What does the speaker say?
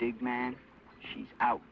big man she's out